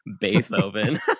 Beethoven